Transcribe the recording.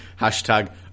hashtag